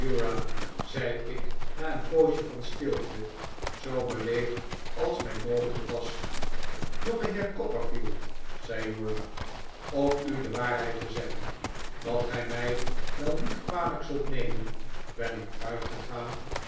zei ik na een poos van stilte zoo beleefd als mij mogelijk was jongeheer copperfield zei uriah om u de waarheid te zeggen wat gij mij wel niet kwalijk zult nemen ben ik uitgegaan